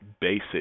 basic